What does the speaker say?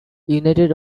united